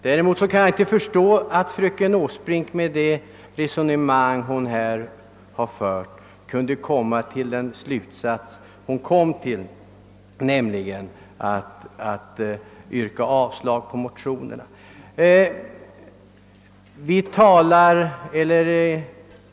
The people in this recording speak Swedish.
Däremot kan jag inte förstå att fröken Åsbrink med det resonemang hon här har fört kan komma till en sådan slutsats att hon yrkar avslag på motionerna.